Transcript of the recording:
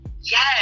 Yes